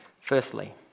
Firstly